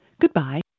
Goodbye